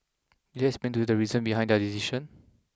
did they explain to you the reasons behind their decision